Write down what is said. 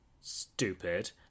stupid